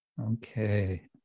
Okay